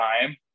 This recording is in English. time